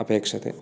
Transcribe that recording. अपेक्ष्यते